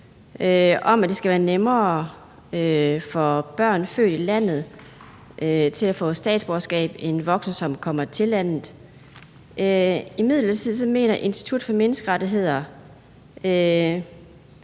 om, at det skal være nemmere for børn, der er født i landet, at få statsborgerskab end for voksne, der kommer til landet. Imidlertid mener Institut for Menneskerettigheder